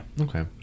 okay